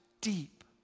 deep